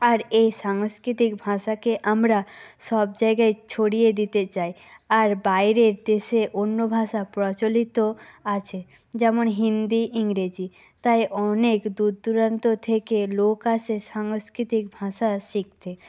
আর এই সাংস্কৃতিক ভাষাকে আমরা সব জায়গায় ছড়িয়ে দিতে চাই আর বাইরের দেশে অন্য ভাষা প্রচলিত আছে যেমন হিন্দি ইংরেজি তাই অনেক দূর দূরান্ত থেকে লোক আসে সাংস্কৃতিক ভাষা শিখতে